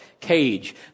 cage